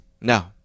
No